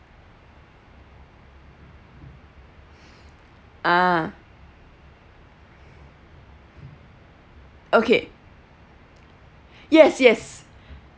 ah okay yes yes